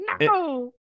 No